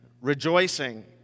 rejoicing